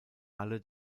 alle